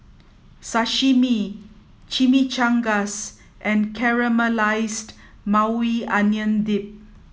Sashimi Chimichangas and Caramelized Maui Onion Dip